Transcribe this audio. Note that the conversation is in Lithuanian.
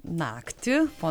naktį po